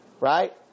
right